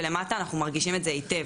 ולמטה אנחנו מרגישים את זה היטב,